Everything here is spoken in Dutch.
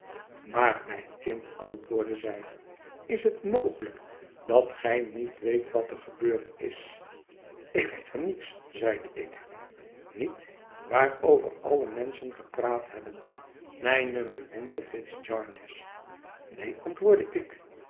maar mijn kind antwoordde zij is het mogelijk dat gij niet weet wat er gebeurd is ik weet van niets zeide ik niet waarover alle menschen gepraat hebben mijne beminde fitz jarndyce neen antwoordde ik